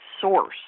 source